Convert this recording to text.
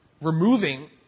removing